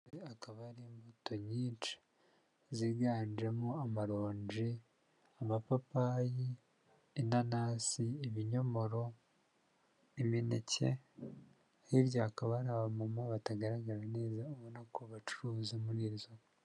Aha hakaba hari imbuto nyinshi ziganjemo amaronji, amapapayi, inanasi, ibinyomoro n' imineke, hirya hakaba aba mama batagaragara neza ubona ko bacuruza muri izo nce.